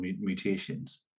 mutations